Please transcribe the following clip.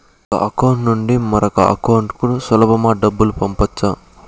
ఒక అకౌంట్ నుండి మరొక అకౌంట్ కు సులభమా డబ్బులు పంపొచ్చా